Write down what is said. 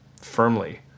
firmly